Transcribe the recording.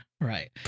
Right